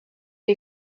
die